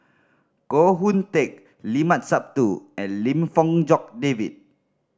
Koh Hoon Teck Limat Sabtu and Lim Fong Jock David